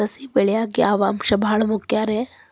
ಸಸಿ ಬೆಳೆಯಾಕ್ ಯಾವ ಅಂಶ ಭಾಳ ಮುಖ್ಯ ರೇ?